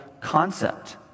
concept